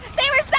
they were so